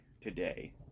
today